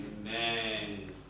Amen